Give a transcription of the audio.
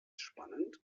spannend